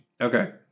Okay